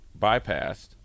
bypassed